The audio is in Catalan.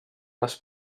les